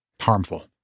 harmful